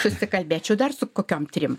susikalbėčiau dar su kokiom trim